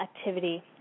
activity